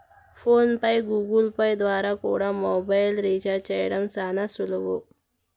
phone pay, Google Pay ద్వారా కూడా mobile recharge చేయడం శానా సులువు